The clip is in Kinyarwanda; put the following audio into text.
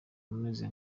umeze